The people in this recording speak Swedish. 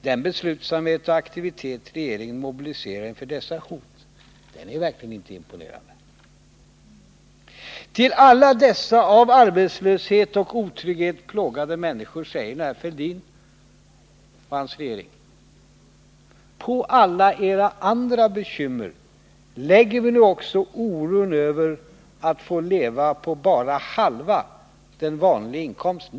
Regeringen mobiliserar verkligen inte någon imponerande beslutsamhet och aktivitet inför dessa hot. Till alla de av arbetslöshet och otrygghet plågade människorna säger nu herr Fälldin och hans regering: På alla era andra bekymmer lägger vi nu också oron över att få leva på bara halva den vanliga inkomsten!